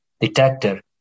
Detector